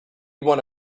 one